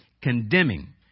condemning